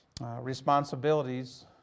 responsibilities